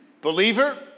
believer